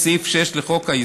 את סעיף 6 לחוק-יסוד: